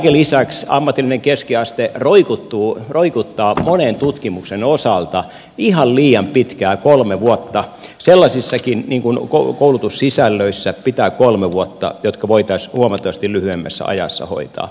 kaiken lisäksi ammatillinen keskiaste roikuttaa monen tutkinnon osalta ihan liian pitkään kolme vuotta sellaisissakin koulutussisällöissä pitää kolme vuotta jotka voitaisiin huomattavasti lyhyemmässä ajassa hoitaa